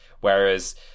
Whereas